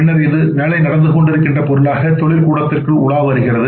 பின்னர் இது வேலை நடந்து கொண்டிருக்கின்ற பொருளாக தொழில் கூடத்திற்குள் உலாவருகிறது